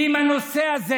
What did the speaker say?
בנושא הזה